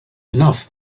enough